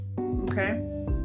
Okay